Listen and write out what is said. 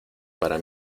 para